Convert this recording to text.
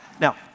Now